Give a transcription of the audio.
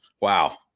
Wow